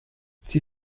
sie